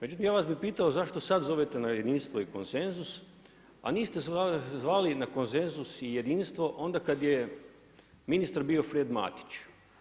Međutim ja bih vas pitao zašto sada zovete na jedinstvo i konsenzus, a niste zvali na konsenzus i jedinstvo onda kada je ministar bio Fred Matić.